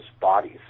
bodies